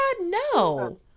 no